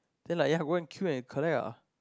then like ya go and queue and collect ah